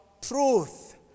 truth